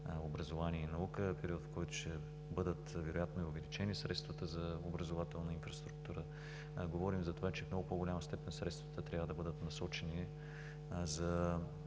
образование и наука. Период, в който вероятно ще бъдат увеличени средствата за образователна инфраструктура. Говорим за това, че в много по-голяма степен средствата трябва да бъдат насочени за